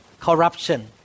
corruption